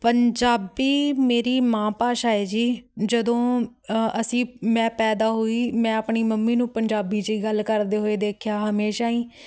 ਪੰਜਾਬੀ ਮੇਰੀ ਮਾਂ ਭਾਸ਼ਾ ਹੈ ਜੀ ਜਦੋਂ ਅਸੀਂ ਮੈਂ ਪੈਦਾ ਹੋਈ ਮੈਂ ਆਪਣੀ ਮੰਮੀ ਨੂੰ ਪੰਜਾਬੀ 'ਚ ਹੀ ਗੱਲ ਕਰਦੇ ਹੋਏ ਦੇਖਿਆ ਹਮੇਸ਼ਾ ਹੀ